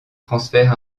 transferts